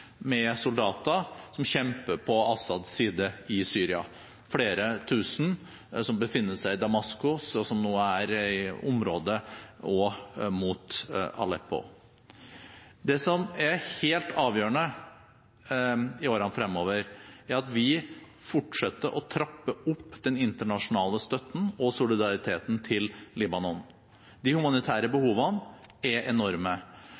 med soldater som kjemper på Assads side i Syria; det er flere tusen som befinner seg i Damaskus, og nå også i området mot Aleppo. Det som er helt avgjørende i årene fremover, er at vi fortsetter å trappe opp den internasjonale støtten og solidariteten til Libanon. De humanitære behovene er enorme.